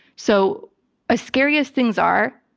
so ah scary as things are,